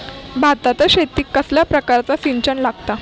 भाताच्या शेतीक कसल्या प्रकारचा सिंचन लागता?